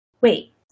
Wait